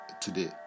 today